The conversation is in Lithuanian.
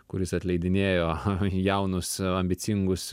kuris atleidinėjo jaunus ambicingus